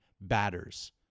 batters